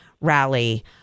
rally